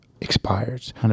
expires